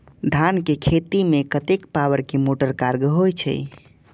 धान के खेती में कतेक पावर के मोटर कारगर होई छै?